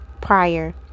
prior